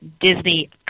Disney